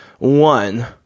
One